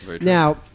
now